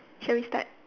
shall we start